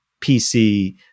PC